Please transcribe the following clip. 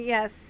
Yes